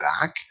back